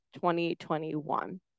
2021